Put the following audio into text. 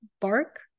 bark